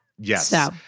Yes